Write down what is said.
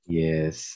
yes